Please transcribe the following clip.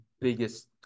biggest